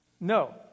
No